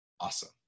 awesome